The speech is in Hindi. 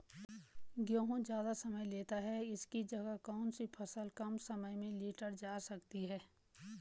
गेहूँ ज़्यादा समय लेता है इसकी जगह कौन सी फसल कम समय में लीटर जा सकती है?